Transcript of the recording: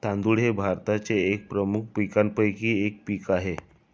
तांदूळ हे भारताच्या काही प्रमुख पीकांपैकी एक पीक आहे